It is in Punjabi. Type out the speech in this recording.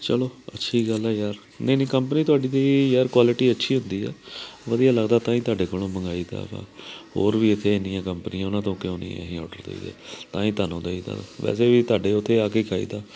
ਚਲੋ ਅੱਛੀ ਗੱਲ ਹੈ ਯਾਰ ਨਹੀਂ ਨਹੀਂ ਕੰਪਨੀ ਤੁਹਾਡੀ ਦੀ ਯਾਰ ਕੁਆਲਿਟੀ ਅੱਛੀ ਹੁੰਦੀ ਆ ਵਧੀਆ ਲੱਗਦਾ ਤਾਂ ਹੀ ਤੁਹਾਡੇ ਕੋਲੋਂ ਮੰਗਵਾਈ ਦਾ ਵਾ ਹੋਰ ਵੀ ਇੱਥੇ ਇੰਨੀਆਂ ਕੰਪਨੀਆਂ ਉਹਨਾਂ ਤੋਂ ਕਿਉਂ ਨਹੀਂ ਅਸੀਂ ਅੋਡਰ ਦੇਈਦੇ ਤਾਂ ਹੀ ਤੁਹਾਨੂੰ ਦੇਈਦਾ ਵਾ ਵੈਸੇ ਵੀ ਤੁਹਾਡੇ ਉੱਥੇ ਆ ਕੇ ਖਾਈਦਾ